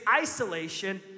isolation